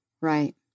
Right